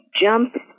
jump